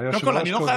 היושב-ראש קובע,